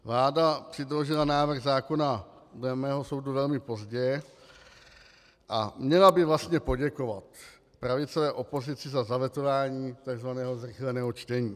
Vláda předložila návrh zákona dle mého soudu velmi pozdě a měla by vlastně poděkovat pravicové opozici za zavetování takzvaného zrychleného čtení.